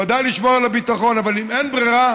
ודאי לשמור על הביטחון, אבל אם אין ברירה,